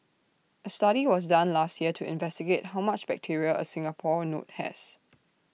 A study was done last year to investigate how much bacteria A Singapore note has